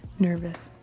nervous.